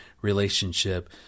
relationship